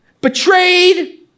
betrayed